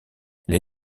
les